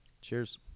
Cheers